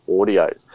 audio